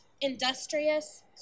industrious